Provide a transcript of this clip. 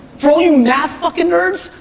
for all you math fuckin' nerds,